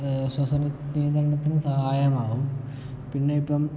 ശ്വസനനിയന്ത്രണത്തിന് സഹായമാകും പിന്നെ ഇപ്പം